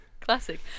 Classic